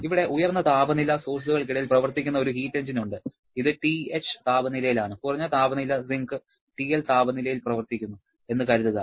ഇവിടെ ഉയർന്ന താപനില സോഴ്സുകൾക്കിടയിൽ പ്രവർത്തിക്കുന്ന ഒരു ഹീറ്റ് എഞ്ചിൻ ഉണ്ട് ഇത് TH താപനിലയിൽ ആണ് കുറഞ്ഞ താപനില സിങ്ക് TL താപനിലയിൽ പ്രവർത്തിക്കുന്നു എന്ന് കരുതുക